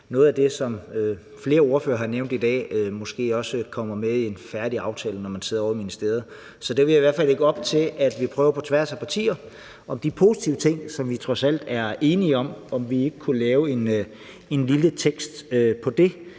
noget af det, som flere ordførere har nævnt i dag, måske også kommer med i en færdig aftale, når man sidder ovre i ministeriet. Så det vil jeg i hvert fald lægge op til, altså at vi på tværs af partier prøver at lave en lille tekst om de positive ting, som vi trods alt er enige om, og så få det til at bidrage til det